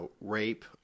rape